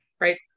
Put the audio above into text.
right